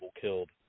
killed